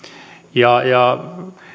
ja ja